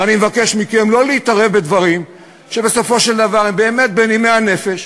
ואני מבקש מכם לא להתערב בדברים שבסופו של דבר הם באמת בנימי הנפש.